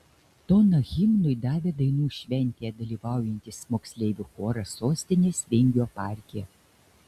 toną himnui davė dainų šventėje dalyvaujantis moksleivių choras sostinės vingio parke